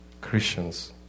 Christians